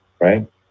right